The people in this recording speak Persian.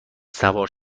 سوار